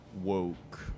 woke